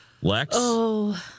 Lex